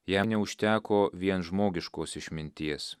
jam neužteko vien žmogiškos išminties